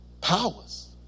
Powers